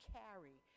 carry